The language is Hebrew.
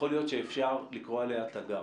יכול להיות שאפשר לקרוא עליה תגר.